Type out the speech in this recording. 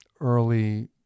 early